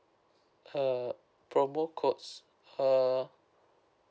uh promo codes uh